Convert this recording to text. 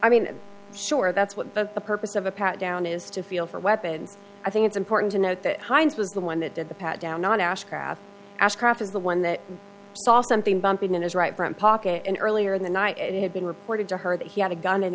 i mean sure that's what the purpose of a pat down is to feel for weapons i think it's important to note that hines was the one that did the pat down not ashcraft ashcraft is the one that saw something bumping in his right front pocket and earlier in the night it had been reported to her that he had a gun in